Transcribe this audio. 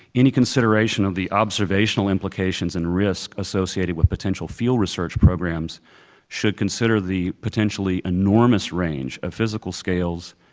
any consideration of the observational implications and risk associated with potential field research programs should consider the potentially enormous range of physical scales,